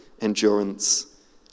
endurance